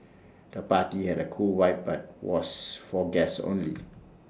the party had A cool vibe but was for guests only